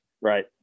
Right